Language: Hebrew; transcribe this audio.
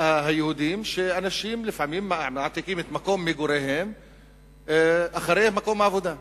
היהודים שאנשים לפעמים מעתיקים את מקום מגוריהם אחרי מקום העבודה.